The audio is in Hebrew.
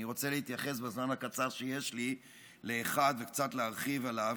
אני רוצה להתייחס בזמן הקצר שיש לי לאחד וקצת להרחיב עליו,